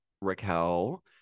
Raquel